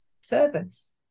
service